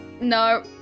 No